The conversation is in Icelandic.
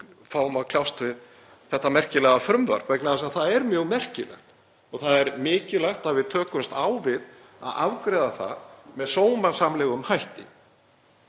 förum að kljást við þetta merkilega frumvarp vegna þess að það er mjög merkilegt og það er mikilvægt að við tökumst á við að afgreiða það með sómasamlegum hætti.